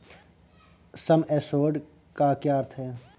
सम assured का क्या अर्थ है?